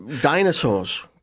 dinosaurs